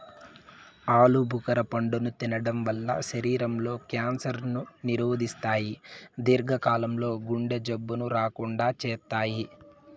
ఆలు భుఖర పండును తినడం వల్ల శరీరం లో క్యాన్సర్ ను నిరోధిస్తాయి, దీర్ఘ కాలం లో గుండె జబ్బులు రాకుండా చేత్తాయి